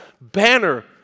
banner